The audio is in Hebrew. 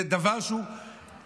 זה דבר סביר,